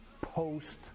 post